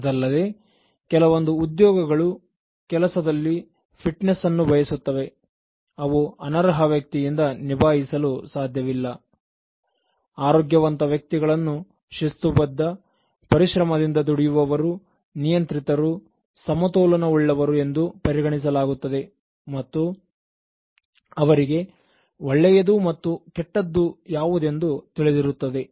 ಅದಲ್ಲದೆ ಕೆಲವೊಂದು ಉದ್ಯೋಗಗಳು ಕೆಲಸದಲ್ಲಿ ಫಿಟ್ನೆಸ್ ನ್ನು ಬಯಸುತ್ತವೆ ಅವು ಅನರ್ಹ ವ್ಯಕ್ತಿಯಿಂದ ನಿಭಾಯಿಸಲು ಸಾಧ್ಯವಿಲ್ಲ ಆರೋಗ್ಯವಂತ ವ್ಯಕ್ತಿಗಳನ್ನು ಶಿಸ್ತುಬದ್ಧ ಪರಿಶ್ರಮದಿಂದ ದುಡಿಯುವವರು ನಿಯಂತ್ರಿತರು ಸಮತೋಲನ ಉಳ್ಳವರು ಎಂದು ಪರಿಗಣಿಸಲಾಗುತ್ತದೆ ಮತ್ತು ಅವರಿಗೆ ಒಳ್ಳೆಯದು ಮತ್ತು ಕೆಟ್ಟದ್ದು ಯಾವುದೆಂದು ತಿಳಿದಿರುತ್ತದೆ